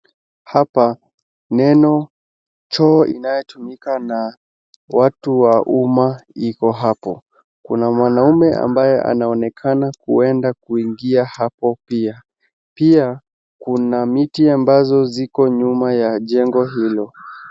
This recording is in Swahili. Hapa neno choo inayotumika na watu wa umma iko hapo, kuna mwanaume ambaye anaonekana kuenda kuingia hapo pia, pia kuna miti ambazo ziko nyuma ya jengo hilo.